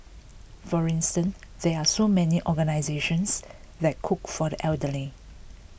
for instance there are so many organisations that cook for the elderly